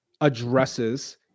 addresses